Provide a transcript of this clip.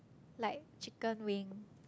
like chicken wing